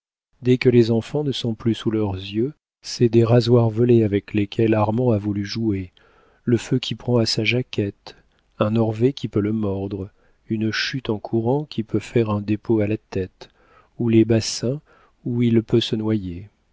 dès que les enfants ne sont plus sous leurs yeux ce sont des rasoirs volés avec lesquels armand a voulu jouer le feu qui prend à sa jaquette un orvet qui peut le mordre une chute en courant qui peut faire un dépôt à la tête ou les bassins où il peut se noyer